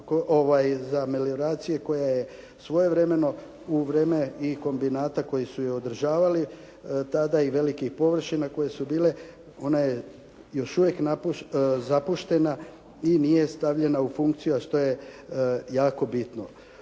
za melioracije koja je svojevremeno u vrijeme i kombinata koji su ju održavali tada i velikih površina koje su bile ona je još uvijek zapuštena i nije stavljena u funkciju a što je jako bitno.